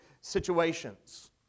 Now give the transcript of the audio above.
situations